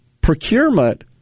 procurement